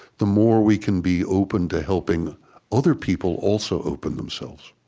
the more we can be open to helping other people also open themselves